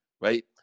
right